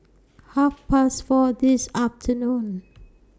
Half Past four This afternoon